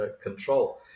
control